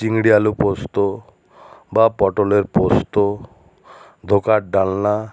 চিংড়ি আলু পোস্ত বা পটলের পোস্ত ধোকার ডালনা